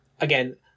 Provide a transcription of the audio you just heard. again